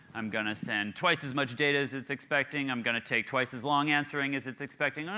i'm going to send twice as much data as it's expecting. i'm going to take twice as long answering as it's expecting.